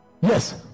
Yes